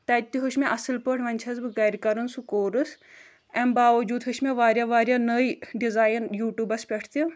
تَتِہ تِہ ہیوٚچھ مےٚ اَصٕل پٲٹھۍ وَنہِ چھَس بہٕ گَرِ کَران سُہ کورٕس اَمِہ باوجوٗد ہیٚوچھ مےٚ واریاہ ورایاہ نٔوۍ ڈِزایِن یوٗٹیوٗبَس پٮ۪ٹھ تہِ